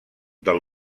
del